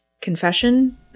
confession